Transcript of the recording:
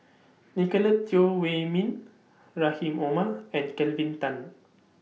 Nicolette Teo Wei Min Rahim Omar and Kelvin Tan